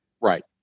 Right